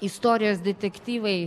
istorijos detektyvai